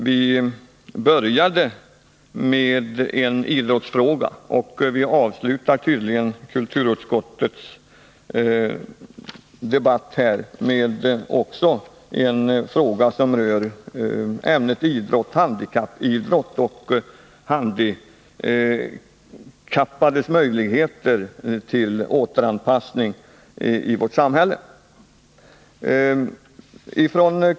Vi började med en idrottsfråga, och vi avslutar tydligen också debatten om kulturutskottets betänkanden med en fråga som rör ämnet idrott, handikappidrott och handikappades möjligheter till återanpassning i vårt samhälle.